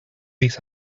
these